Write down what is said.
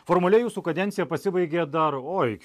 formaliai jūsų kadencija pasibaigė dar oi